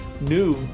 new